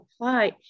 apply